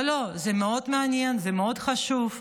לא, לא, זה מאוד מעניין, זה מאוד חשוב.